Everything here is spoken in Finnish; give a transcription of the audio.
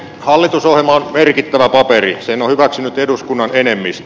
hallitusohjelma on merkittävä paperi sen on hyväksynyt eduskunnan enemmistö